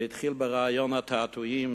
זה התחיל ברעיון התעתועים